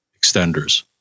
extenders